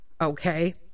Okay